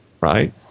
right